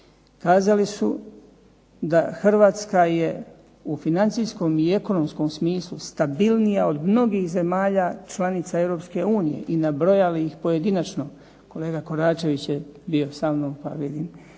Kazali su da Hrvatska je u financijskom i ekonomskom smislu stabilnija od mnogih zemalja članica Europske unije i nabrojali ih pojedinačno. Kolega Koračević je bio samnom pa …/Ne